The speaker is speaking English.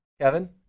Kevin